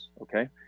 okay